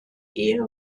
ehe